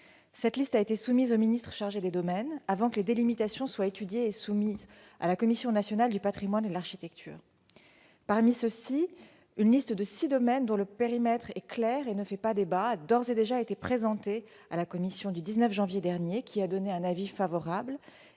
Cette liste a été soumise au ministre chargé des domaines, avant que les délimitations ne soient étudiées et soumises à la Commission nationale du patrimoine et de l'architecture. Une liste de six domaines, dont le périmètre est clair et ne fait pas débat, lui a d'ores et déjà été présentée le 19 janvier dernier et elle a émis un avis favorable.